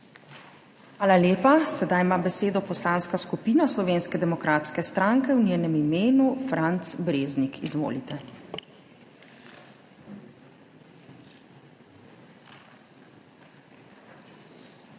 Hvala lepa. Sedaj ima besedo Poslanska skupina Slovenske demokratske stranke, v njenem imenu Franc Breznik. Izvolite. **FRANC